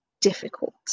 difficult